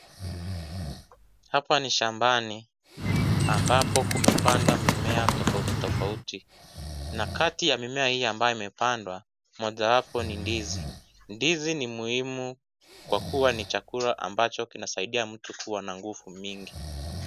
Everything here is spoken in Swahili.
Hapa ni shambani ambapo kumepandwa mimea tofauti tofauti na kati ya mimea hii ambayo imepandwa mojawapo ni ndizi, ndizi ni muhimu wa kuwa ni chakula ambacho kinasaidia mtu kuwa na nguvu mingi.